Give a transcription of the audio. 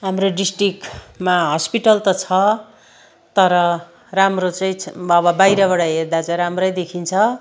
हाम्रो डिस्ट्रिक्टमा हस्पिटल त छ तर राम्रो चाहिँ छै अब बाहिरबाट हेर्दा चाहिँ राम्रै देखिन्छ